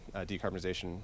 decarbonization